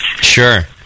Sure